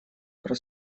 про